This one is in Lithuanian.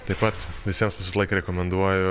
taip pat visiems visą laiką rekomenduoju